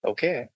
Okay